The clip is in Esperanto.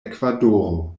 ekvadoro